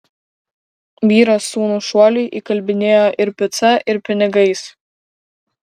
vyras sūnų šuoliui įkalbinėjo ir pica ir pinigais